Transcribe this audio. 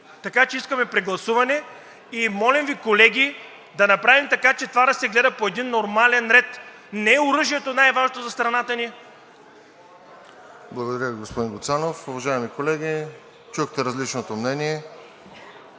така че искаме прегласуване! Молим Ви, колеги, да направим така, че това да се гледа по един нормален ред. Не е оръжието най важното за страната ни! ПРЕДСЕДАТЕЛ РОСЕН ЖЕЛЯЗКОВ: Благодаря Ви, господин Гуцанов. Уважаеми колеги, чухте различното мнение.